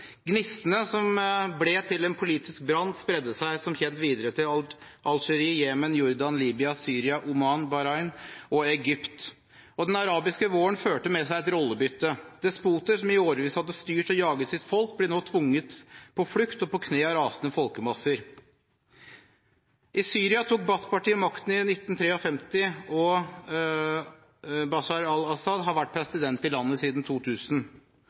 Gnistene som ble til en politisk brann, spredde seg som kjent videre til Algerie, Jemen, Jordan, Libya, Syria, Oman, Bahrain og Egypt. Den arabiske våren førte med seg et rollebytte. Despoter som i årevis hadde styrt og jaget sitt folk, ble nå tvunget på flukt og i kne av rasende folkemasser. I Syria tok Baath-partiet makten i 1963, og Bashar al-Assad har vært president i landet siden 2000.